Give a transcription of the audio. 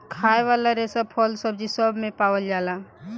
खाए वाला रेसा फल, सब्जी सब मे पावल जाला